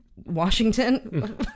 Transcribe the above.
Washington